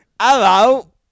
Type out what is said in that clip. Hello